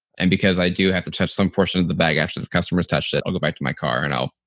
and because i do have to touch some portion of the bag, actually the customers touch it. i'll go back to my car and go,